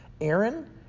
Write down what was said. Aaron